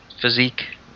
physique